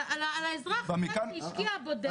כן, על האזרח, המשקיע הבודד.